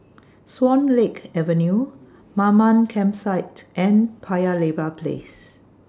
Swan Lake Avenue Mamam Campsite and Paya Lebar Place